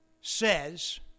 says